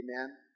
Amen